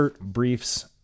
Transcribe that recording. briefs